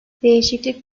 değişiklik